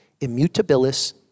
Immutabilis